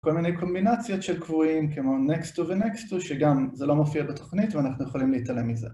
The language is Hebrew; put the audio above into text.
כל מיני קומבינציות של קבועים כמו נקסטו ונקסטו שגם זה לא מופיע בתוכנית ואנחנו יכולים להתעלם מזה